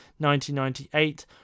1998